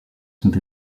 sont